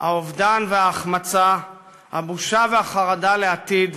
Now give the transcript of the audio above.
האובדן וההחמצה, הבושה והחרדה לעתיד,